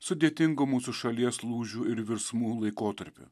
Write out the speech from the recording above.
sudėtingu mūsų šalies lūžių ir virsmų laikotarpiu